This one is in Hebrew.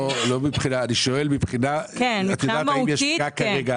לא, אני שואל --- מבחינה מהותית, כן.